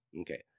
Okay